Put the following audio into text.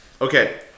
Okay